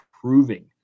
proving